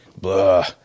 blah